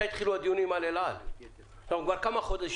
תוכנית פעולה איך מתנהלים מולה וגם היו